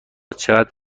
چقدر